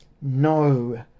No